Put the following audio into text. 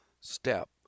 step